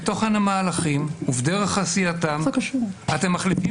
בתוכן המהלכים ובדרך עשייתם אתם מחליפים